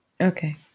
okay